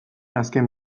azken